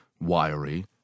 wiry